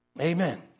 Amen